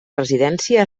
residència